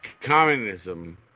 communism